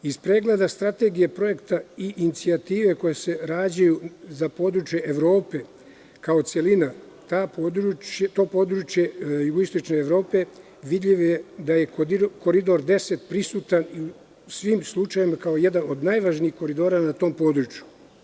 Iz pregleda strategije projekata i inicijative koje se rađaju za područje Evrope kao celina, područja jugoistočne Evrope, vidljivo je da je Koridor 10 prisutan svim slučajevima kao jedan od najvažnijih koridora na tom području.